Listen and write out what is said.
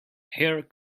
hair